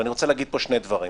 ואני רוצה להגיד פה שני דברים.